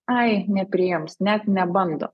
ai nepriims net nebando